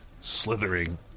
slithering